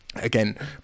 again